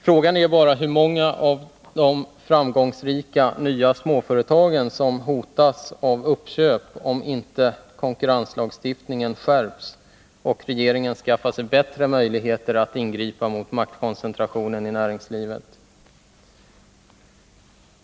Frågan är bara hur många av de framgångsrika nya småföretagen som hotas av uppköp, om inte konkurrenslagstiftningen skärps och regeringen skaffar sig bättre möjligheter att ingripa mot maktkoncentrationen i näringslivet.